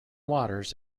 waters